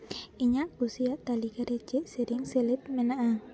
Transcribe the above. ᱤᱧᱟᱹᱜ ᱠᱩᱥᱤᱭᱟᱜ ᱛᱟᱹᱞᱤᱠᱟ ᱨᱮ ᱪᱮᱫ ᱥᱮᱨᱮᱧ ᱥᱮᱞᱮᱫ ᱢᱮᱱᱟᱜᱼᱟ